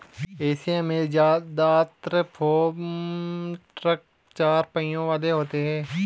Asia में जदात्र farm truck चार पहियों वाले होते हैं